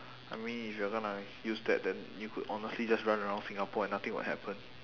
I mean if you are gonna use that then you could honestly just run around singapore and nothing would happen